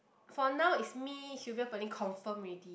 for now is me Sylvia Pearlyn confirmed already